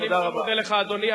אני מאוד מודה לך, אדוני.